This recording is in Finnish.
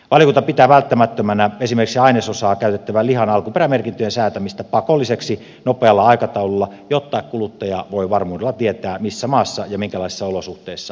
valiokunta pitää välttämättömänä esimerkiksi ainesosana käytettävän lihan alkuperämerkintöjen säätämistä pakolliseksi nopealla aikataululla jotta kuluttaja voi varmuudella tietää missä maassa ja minkälaisissa olosuhteissa ruoka on tuotettu